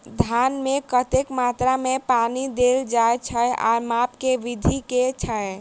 धान मे कतेक मात्रा मे पानि देल जाएँ छैय आ माप केँ विधि केँ छैय?